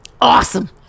Awesome